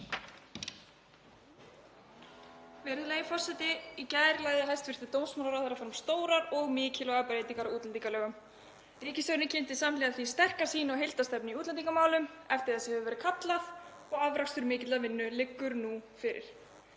Virðulegi forseti. Í gær lagði hæstv. dómsmálaráðherra fram stórar og mikilvægar breytingar á útlendingalögum. Ríkisstjórnin kynnti samhliða því sterka sýn og heildarstefnu í útlendingamálum. Eftir þessu hefur verið kallað og afrakstur mikillar vinnu liggur nú fyrir.